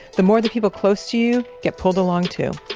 the more that people close to you get pulled along too.